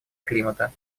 климата